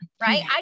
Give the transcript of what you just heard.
Right